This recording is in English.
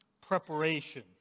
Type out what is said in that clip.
preparation